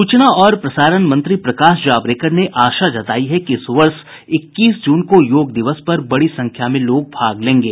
सूचना और प्रसारण मंत्री प्रकाश जावड़ेकर ने आशा व्यक्त की है कि इस वर्ष इक्कीस जून को योग दिवस पर बड़ी संख्या में लोग भाग लेंगे